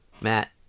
Matt